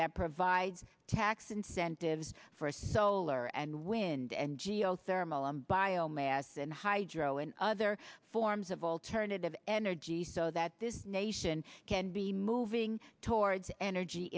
that provides tax incentives for solar and wind and geothermal and bio mass and hydro and other forms of alternative energy so that this nation can be moving towards energy